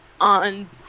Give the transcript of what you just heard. On